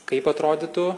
kaip atrodytų